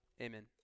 amen